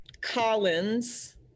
Collins